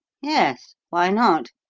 yes why not?